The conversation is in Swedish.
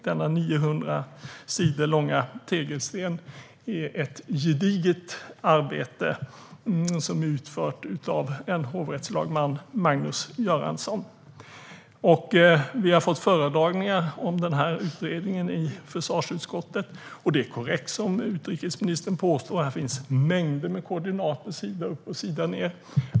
Denna 900 sidor tjocka tegelsten är ett gediget arbete som utförts av hovrättslagmannen Magnus Göransson. I försvarsutskottet har vi fått föredragningar om utredningen. Det är korrekt som utrikesministern påstår: Här finns mängder av koordinater, sida upp och sida ned.